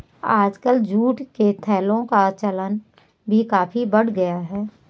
आजकल जूट के थैलों का चलन भी काफी बढ़ गया है